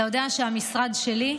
אתה יודע שהמשרד שלי,